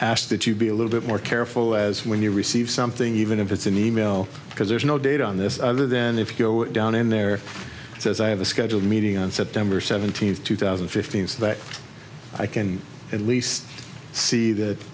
ask that you be a little bit more careful as when you receive something even if it's in e mail because there's no data on this other than if you go down in there says i have a scheduled meeting on september seventeenth two thousand and fifteen so that i can at least see that